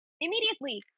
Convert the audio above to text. immediately